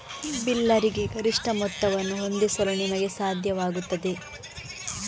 ಬಿಲ್ಲರಿಗೆ ಗರಿಷ್ಠ ಮೊತ್ತವನ್ನು ಹೊಂದಿಸಲು ನಿಮಗೆ ಸಾಧ್ಯವಾಗುತ್ತದೆ